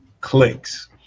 clicks